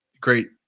great